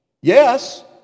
Yes